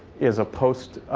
is a post